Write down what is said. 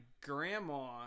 grandma